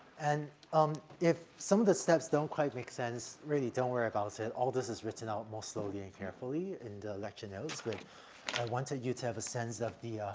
and, um, if some of the steps don't quite make sense, really don't worry about it. all this is written out more slowly and carefully in the lecture notes. but i wanted you to have a sense of the,